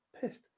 Pissed